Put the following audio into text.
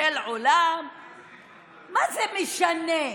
מה זה משנה?